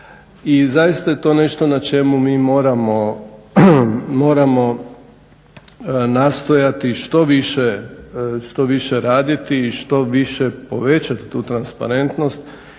I zaista je to nešto na čemu mi moramo nastojati što više raditi i što više povećati tu transparentnost.